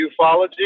ufology